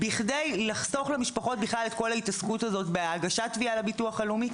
כדי לחסוך למשפחות בכלל את כל ההתעסקות הזו בהגשת תביעה לביטוח הלאומי.